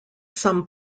some